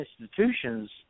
institutions